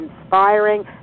inspiring